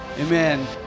Amen